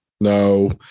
no